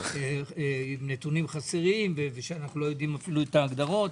שהוא עם נתונים חסרים ושאנחנו אפילו לא יודעים את ההגדרות.